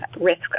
risk